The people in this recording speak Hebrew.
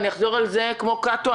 ואחזור על זה כמו קאטו,